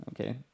Okay